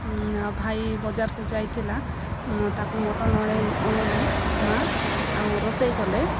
ଆ ଭାଇ ବଜାରକୁ ଯାଇଥିଲା ତାକୁ ମଟନ ଆଣେଇ ଅଣେଇଲେ ମା' ଆଉ ରୋଷେଇ କଲେ